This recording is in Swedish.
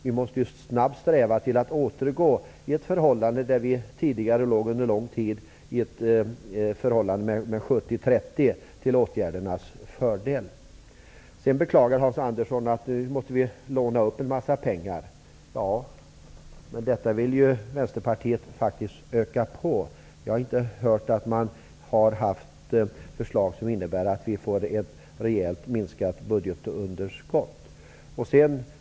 Vi måste sträva efter att snabbt kunna återgå till det tidigare förhållandet 70--30 till åtgärdernas fördel. Hans Andersson beklagade sig över att vi måste låna en massa pengar. Ja, men Vänsterpartiet vill ju öka på upplåningen. Jag har inte hört någonting om några förslag som skulle leda till ett rejält minskat budgetunderskott. Herr talman!